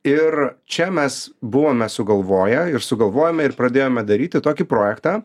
ir čia mes buvome sugalvoję ir sugalvojome ir pradėjome daryti tokį projektą